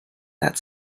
that